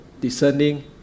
discerning